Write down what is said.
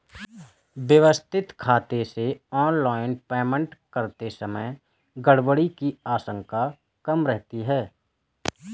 व्यवस्थित खाते से ऑनलाइन पेमेंट करते समय गड़बड़ी की आशंका कम रहती है